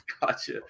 Gotcha